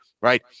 right